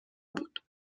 بود